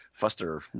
fuster